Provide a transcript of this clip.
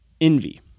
envy